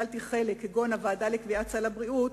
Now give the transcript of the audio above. כגון הוועדה לקביעת סל הבריאות,